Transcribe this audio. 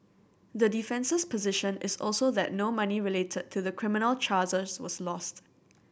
the defence's position is also that no money related to the criminal charges was lost